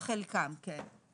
חלקם, כן.